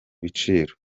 biciro